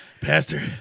Pastor